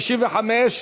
95?